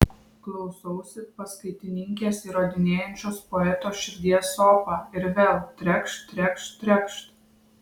klausausi paskaitininkės įrodinėjančios poeto širdies sopą ir vėl trekšt trekšt trekšt